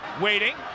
Waiting